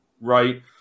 right